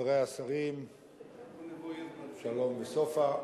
חברי השרים שלום וסופה,